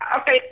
Okay